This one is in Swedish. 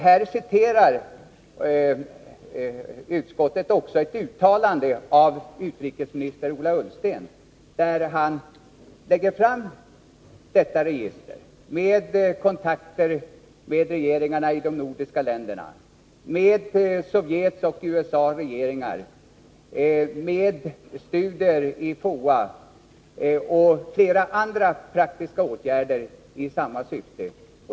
Här citerar utskottet ett uttalande av utrikesminister Ola Ullsten, där han lägger fram detta register med kontakter med regeringarna i de nordiska länderna, med kontakter med Sovjets och USA:s regeringar, med studier i FOA och flera andra praktiska åtgärder i samma syfte.